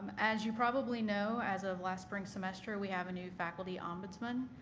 um as you probably know, as of last spring semester, we have a new faculty ombudsman.